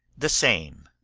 the same.